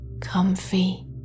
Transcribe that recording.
comfy